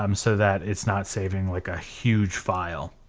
um so that it's not saving like a huge file.